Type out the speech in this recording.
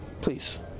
please